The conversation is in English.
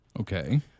Okay